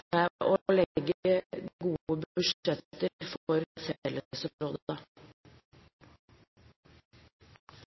med å legge gode budsjetter for